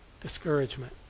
discouragement